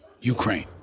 Ukraine